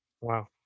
wow